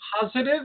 positive